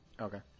Okay